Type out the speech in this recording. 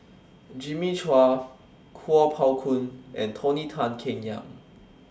Jimmy Chua Kuo Pao Kun and Tony Tan Keng Yam